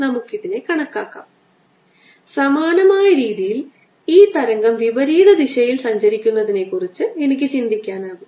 നമുക്ക് കണക്കാക്കാം ഗൌസ്സ് ന്റെ നിയമപ്രകാരം E 1 E 2 എന്നിവ കണക്കാക്കാം